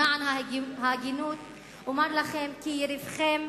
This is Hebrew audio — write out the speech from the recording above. למען ההגינות אומר לכם, כי יריבכם